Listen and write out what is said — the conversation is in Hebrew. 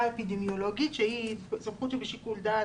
אפידמיולוגית שהיא סמכות שבשיקול דעת,